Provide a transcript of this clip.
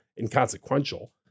inconsequential